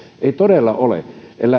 ei todella ole